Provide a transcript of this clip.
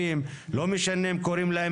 אני יכול לקרוא את ההחלטה.